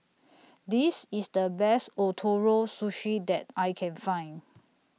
This IS The Best Ootoro Sushi that I Can Find